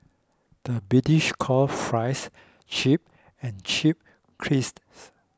the British calls Fries Chips and chips